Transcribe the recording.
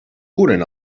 curen